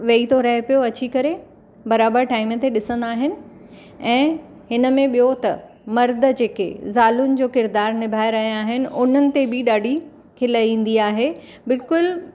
वेई थो रहे पियो अची करे बराबरि टाइम ते ॾिसंदा आहिनि ऐं हिन में ॿियो त मर्द जेके ज़ालुनि जो क़िरदार निभाए रहिया आहिनि उन्हनि ते बि ॾाढी खिल ईंदी आहे बिल्कुलु